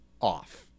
off